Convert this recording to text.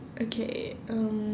okay um